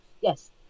Yes